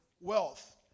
wealth